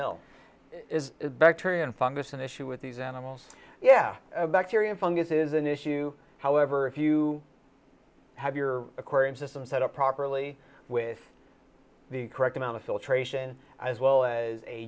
ill is the bacteria and fungus an issue with these animals yeah bacteria and fungus is an issue however if you have your aquarium system set up properly with the correct amount of filtration as well as a